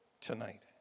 tonight